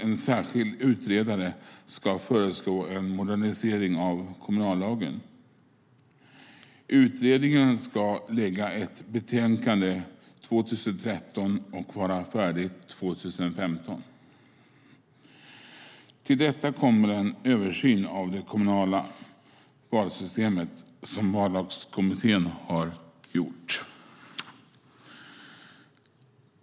En särskild utredare ska föreslå en modernisering av kommunallagen. Utredaren ska lägga fram ett delbetänkande 2013 och vara färdig 2015. Till detta kommer en översyn av det kommunala valsystemet, som vallagskommittén har gjort.